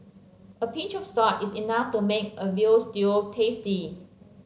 a pinch of salt is enough to make a veal stew tasty